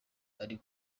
ari